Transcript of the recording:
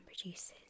produces